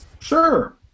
Sure